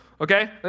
okay